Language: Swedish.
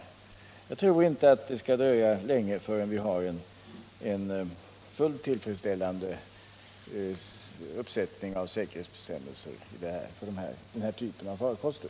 Därför tror jag inte att det skall dröja länge förrän vi har en fullt tillfredsställande uppsättning av säkerhetsbestämmelser för den här typen av farkoster.